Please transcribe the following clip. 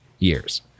years